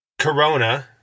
Corona